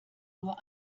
nur